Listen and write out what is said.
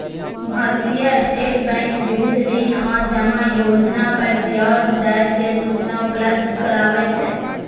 भारतीय state bank विविध ऋण आ जमा योजना पर ब्याज दर के सूचना उपलब्ध कराबै छै